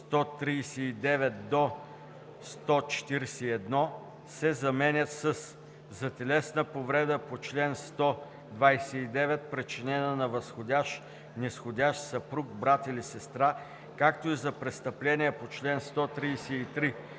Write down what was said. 139 – 141“ се заменят със „За телесна повреда по чл. 129, причинена на възходящ, низходящ, съпруг, брат или сестра, както и за престъпления по чл. 133,